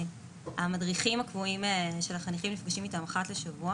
המדריכים הקבועים שהחניכים נפגשים איתם אחת לשבוע